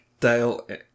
Dale